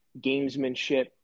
gamesmanship